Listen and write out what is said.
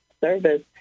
service